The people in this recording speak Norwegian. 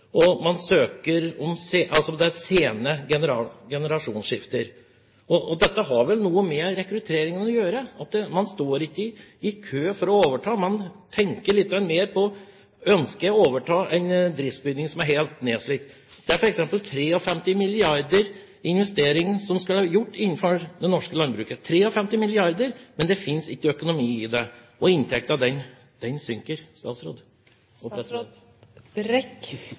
og det er sene generasjonsskifter. Dette har vel noe med rekrutteringen å gjøre. Man står ikke i kø for å overta. Man tenker litt mer på om man ønsker å overta en driftsbygning som er helt nedslitt. Det er f.eks. 53 mrd. kr i investeringsmidler som trengs innenfor det norske landbruket – 53 mrd. kr. Men det finnes ikke økonomi i det, og inntekten, den synker. Jeg tror det nok er ganske komplisert å bruke den